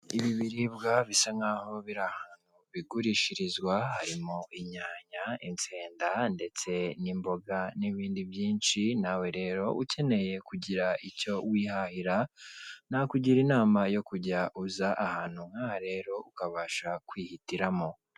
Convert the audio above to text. Ibi biribwa bisa nkaho biri ahantu bigurishirizwa harimo inyanya, insenda ndetse n'imboga n'ibindi byinshi, nawe rero ukeneye kugira icyo wihahira, nakugira inama yo kujya uza ahantu nk'aha rero ukabasha kwihitiramo.